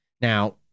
now